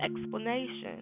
explanation